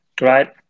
right